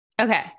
Okay